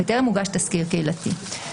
וטרם הוגש תסקיר קהילתי.